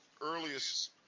earliest